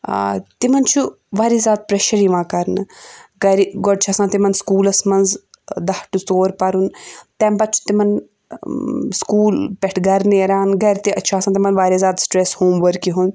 ٲں تِمَن چھُ واریاہ زیادٕ پرٛیٚشَر یِوان کَرنہٕ گھرِ گۄڈٕ چھُ آسان تِمَن سکوٗلَس منٛز ٲں دَہ ٹُو ژور پَرُن تَمہِ پَتہٕ چھُ تِمَن سکوٗل پٮ۪ٹھ گھرٕ نیران گھرِ تہِ ٲں چھُ آسان تِمَن واریاہ زیادٕ سٹرٛیٚس ہوم ؤرکہِ ہُنٛد